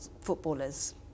footballers